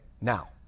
Now